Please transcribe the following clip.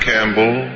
Campbell